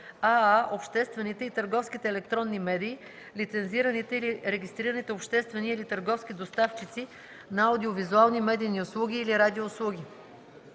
аа) обществените и търговските електронни медии – лицензираните или регистрираните обществени или търговски доставчици на аудио-визуални медийни услуги или радиоуслуги;